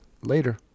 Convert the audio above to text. Later